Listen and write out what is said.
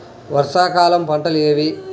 వర్షాకాలం పంటలు ఏవి?